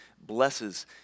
blesses